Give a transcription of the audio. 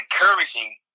encouraging